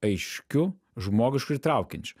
aiškiu žmogišku ir įtraukiančiu